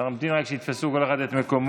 נמתין עד שיתפסו כל אחד את מקומו.